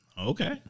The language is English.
okay